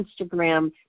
Instagram